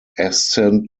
ascent